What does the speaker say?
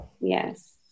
Yes